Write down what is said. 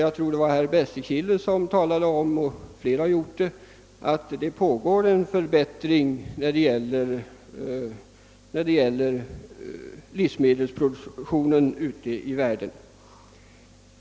Herr Nilsson i Bästekille sade — och flera andra har anfört samma synpunkter — att det pågår en förbättring när det gäller livsmedelsproduktionen ute i världen.